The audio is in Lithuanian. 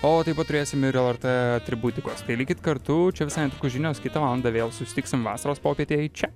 o taip pat turėsim ir lrt atributikos tai likit kartu čia visai netrukus žinios kitą valandą vėl susitiksim vasaros popietėj čia